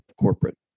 corporate